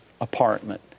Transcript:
apartment